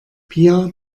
pia